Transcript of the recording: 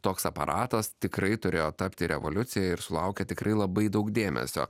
toks aparatas tikrai turėjo tapti revoliucija ir sulaukė tikrai labai daug dėmesio